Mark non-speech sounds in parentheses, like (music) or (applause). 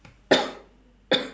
(coughs)